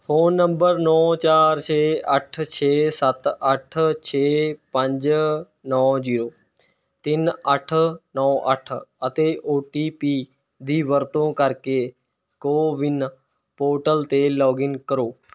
phone number ਨੌ ਚਾਰ ਛੇ ਅੱਠ ਛੇ ਸੱਤ ਅੱਠ ਛੇ ਪੰਜ ਨੌ ਜ਼ੀਰੋ ਤਿੰਨ ਅੱਠ ਨੌ ਅੱਠ ਅਤੇ ਓ ਟੀ ਪੀ ਦੀ ਵਰਤੋਂ ਕਰਕੇ ਕੋਵਿਨ ਪੋਰਟਲ 'ਤੇ ਲੌਗਇਨ ਕਰੋ